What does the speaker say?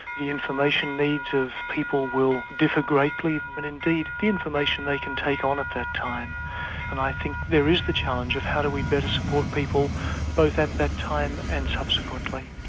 the information needs of people will differ greatly, and but indeed the information they can take on at that time and i think there is the challenge of how do we better support people both at that time and subsequently.